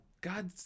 God